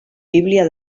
bíblia